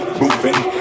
moving